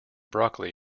broccoli